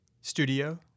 studio